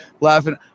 Laughing